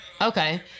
Okay